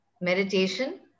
meditation